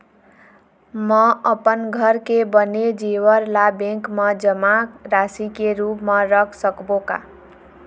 म अपन घर के बने जेवर ला बैंक म जमा राशि के रूप म रख सकबो का?